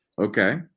Okay